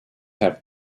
have